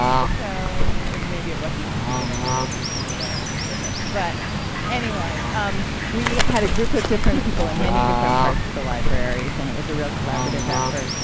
so maybe it wasn't such a good idea to use colaris for this, but anyway um we had a group of different people in many different parts of the libraries and it was a real collaborative effort.